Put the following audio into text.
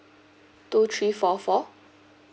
two three four four